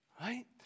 Right